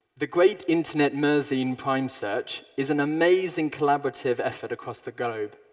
the great internet mersenne prime search is an amazing collaborative effort across the globe.